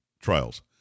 trials